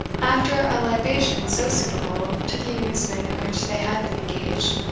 after a libation so suitable to the amusement in which they had been engaged,